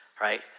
Right